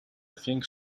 think